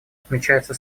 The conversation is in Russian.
отмечается